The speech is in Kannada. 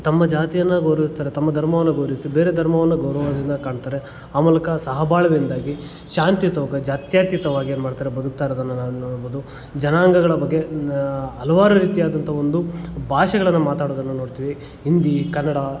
ತಮ್ಮ ಜಾತಿಯನ್ನು ಗೌರವಿಸ್ತಾರೆ ತಮ್ಮ ಧರ್ಮವನ್ನ ಗೌರವಿಸಿ ಬೇರೆ ಧರ್ಮವನ್ನ ಗೌರವದಿಂದ ಕಾಣ್ತರೆ ಆ ಮೂಲಕ ಸಹಬಾಳ್ವೆಯಿಂದಾಗಿ ಶಾಂತಿಯುತವಾಗಿ ಜಾತ್ಯಾತೀತವಾಗಿ ಏನ್ಮಾಡ್ತಾರೆ ಬದುಕ್ತಾಯಿರೋದನ್ನು ನಾವಿಲ್ಲಿ ನೋಡ್ಬೋದು ಜನಾಂಗಗಳ ಬಗ್ಗೆ ಹಲವಾರು ರೀತಿಯಾದಂಥ ಒಂದು ಭಾಷೆಗಳನ್ನ ಮಾತಾಡೋದನ್ನು ನೋಡ್ತೀವಿ ಹಿಂದಿ ಕನ್ನಡ